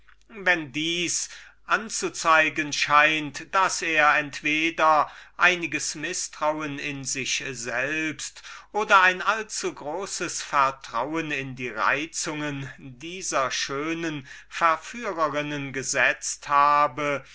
wenn dieses anzuzeigen scheint daß er entweder einiges mißtrauen in sich selbst oder ein allzugroßes vertrauen in die reizungen dieser schönen verführerinnen gesetzt habe